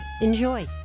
Enjoy